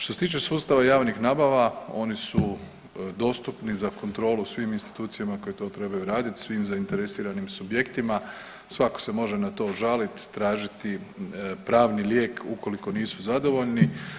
Što se tiče sustava javnih nabava oni su dostupni za kontrolu svim institucijama koje to trebaju radit, svim zainteresiranim subjektima, svako se može na to žalit i tražiti pravni lijek ukoliko nisu zadovoljni.